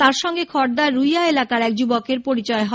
তাঁর সঙ্গে খড়দার রুইয়া এলাকার এক যুবকের পরিচয় হয়